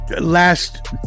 last